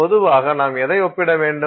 பொதுவாக நாம் எதை ஒப்பிட வேண்டும்